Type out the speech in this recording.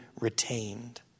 retained